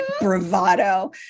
bravado